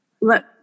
let